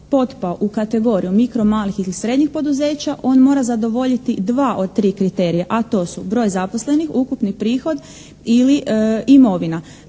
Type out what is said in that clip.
potpao u kategoriju mikro malih ili srednjih poduzeća on mora zadovoljiti dva od tri kriterija a to su broj zaposlenih, ukupni prihod ili imovina.